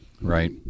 Right